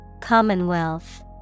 Commonwealth